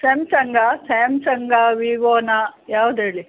ಸ್ಯಾಮ್ಸಂಗಾ ಸ್ಯಾಮ್ಸಂಗಾ ವಿವೊ ನಾ ಯಾವ್ದು ಹೇಳಿ